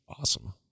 awesome